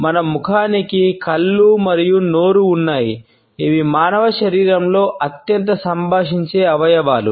మన ముఖానికి కళ్ళు మరియు నోరు ఉన్నాయి ఇవి మానవ శరీరంలో అత్యంత సంభాషించే అవయవాలు